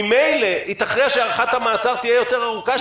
ממילא ייתכן שהארכת המעצר תהיה יותר ארוכה,